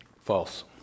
False